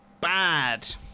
Bad